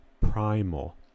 primal